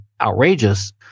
outrageous